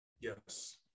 Yes